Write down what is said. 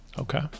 Okay